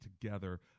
together